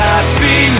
Happy